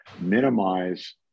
minimize